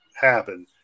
happen